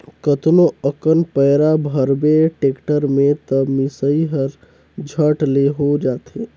कतनो अकन पैरा भरबे टेक्टर में त मिसई हर झट ले हो जाथे